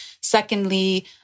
Secondly